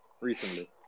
recently